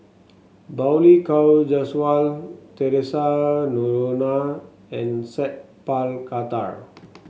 Balli Kaur Jaswal Theresa Noronha and Sat Pal Khattar